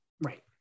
Right